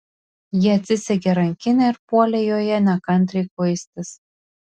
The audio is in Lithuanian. ji atsisegė rankinę ir puolė joje nekantriai kuistis